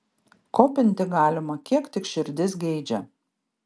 kopinti galima kiek tik širdis geidžia